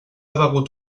begut